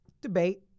debate